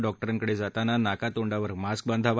डॉक्टरांकडज्ञाताना नाकातोंडावर मास्क बांधावा